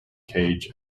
cage